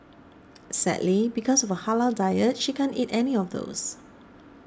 sadly because of her halal diet she can't eat any of those